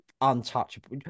untouchable